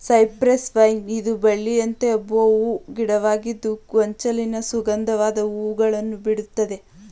cypress vine ಇದು ಬಳ್ಳಿಯಂತೆ ಹಬ್ಬುವ ಹೂ ಗಿಡವಾಗಿದ್ದು ಗೊಂಚಲಿನ ಸುಗಂಧವಾದ ಹೂಗಳನ್ನು ಬಿಡುತ್ತದೆ